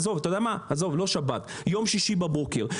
עזוב, לא שבת, יום שישי בבוקר.